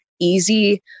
easy